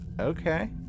okay